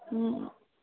ꯎꯝ